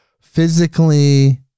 Physically